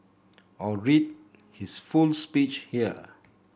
or read his full speech here